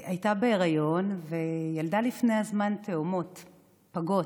הייתה בהיריון וילדה לפני הזמן תאומות פגות,